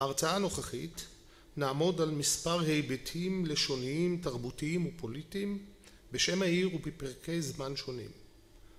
הרצאה הנוכחית נעמוד על מספר היבטים לשוניים תרבותיים ופוליטיים בשם העיר ובפרקי זמן שונים